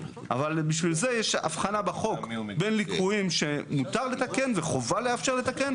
אבל בשביל זה יש הבחנה בחוק בין ליקויים שמותר וחובה לאפשר לקן,